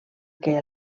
que